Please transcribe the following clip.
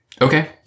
Okay